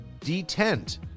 Detent